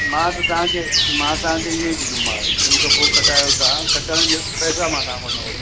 मां त तव्हांखे मां तव्हांखे इहा ई ॾींदोमांव उन खां पोइ कटायो तव्हां कटण जा पैसा मां तव्हां खां न वठंदुमि